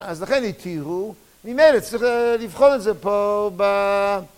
אז לכן התירו, ממילא צריך לבחון את זה פה ב...